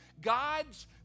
God's